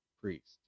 priest